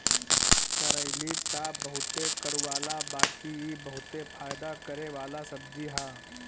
करइली तअ बहुते कड़ूआला बाकि इ बहुते फायदा करेवाला सब्जी हअ